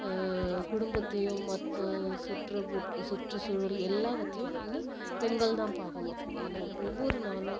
குடும்பத்தையும் மற்ற சுற்றுப்பு சுற்றுசூழல் எல்லாவற்றையும் வந்து பெண்கள் தான் பார்க்கணும் ஏன்னால் ஒவ்வொரு நாளும்